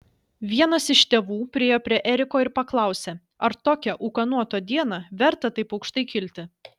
vienas iš tėvų priėjo prie eriko ir paklausė ar tokią ūkanotą dieną verta taip aukštai kilti